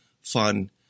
fun